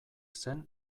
zen